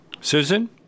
Susan